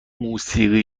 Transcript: موسیقی